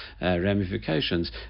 ramifications